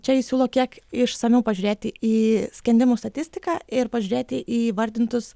čia jis siūlo kiek išsamiau pažiūrėti į skendimų statistiką ir pažiūrėti į vardintus